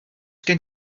gen